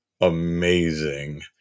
amazing